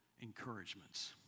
encouragements